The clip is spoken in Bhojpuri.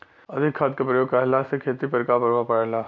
अधिक खाद क प्रयोग कहला से खेती पर का प्रभाव पड़ेला?